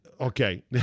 Okay